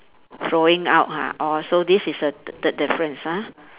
flowing out ha orh so this is a t~ third difference ah